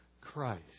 Christ